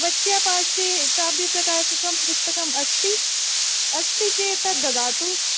भवत्याः पार्श्वे काव्यप्रकाशकं पुस्तकम् अस्ति अस्ति चेत् तत् ददातु